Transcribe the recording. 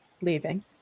leaving